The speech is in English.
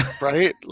Right